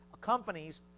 companies